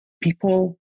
people